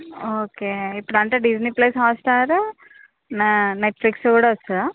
okay ఇప్పుడు అంటే Disney plus Hotstar నా నెట్ఫ్లిక్స్ కూడా వస్తుందా